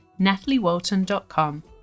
NatalieWalton.com